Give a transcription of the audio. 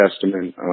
Testament